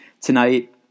tonight